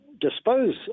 dispose